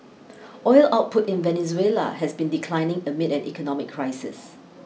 oil output in Venezuela has been declining amid an economic crisis